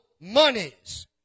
monies